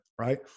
right